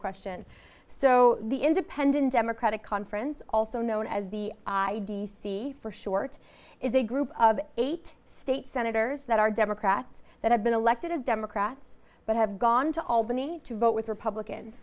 question so the independent democratic conference also known as the i d c for short is a group of eight state senators that are democrats that have been elected as democrats but have gone to albany to vote with republicans